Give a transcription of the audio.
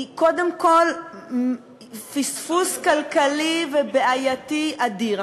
היא קודם כול פספוס כלכלי ובעייתי אדיר.